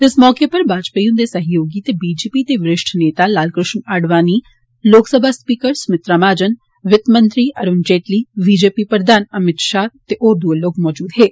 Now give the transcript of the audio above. इस मौके उप्पर वाजपेई हुन्दे सहयोगी ते बी जे पी दे वरिश्ठ नेता लाल कृश्ण अडवाणी लोकसभा स्पीकार सुमित्रा महाजन वित्त मंत्री Arun Jaitley B J P प्रधान अमित षाह होर बी मौजूद हे